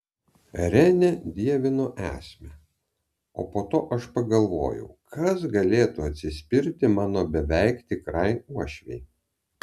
renė dievino esmę o po to aš pagalvojau kas galėtų atsispirti mano beveik tikrai uošvei